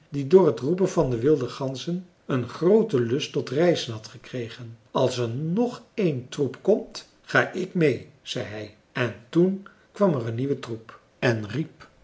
die door t roepen van de wilde ganzen een grooten lust tot reizen had gekregen als er nog één troep komt ga ik meê zei hij en toen kwam er een nieuwe troep en riep